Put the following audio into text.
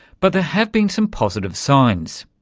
but there have been some positive signs.